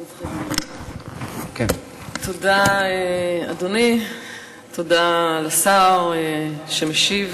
תודה, אדוני, תודה לשר שמשיב.